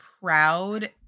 proud